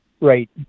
right